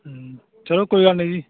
ਚਲੋ ਕੋਈ ਗੱਲ ਨਹੀਂ ਜੀ